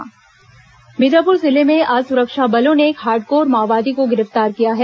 माओवादी गिरफ्तार बीजापुर जिले में आज सुरक्षा बलों ने एक हार्डकोर माओवादी को गिरफ्तार किया है